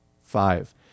Five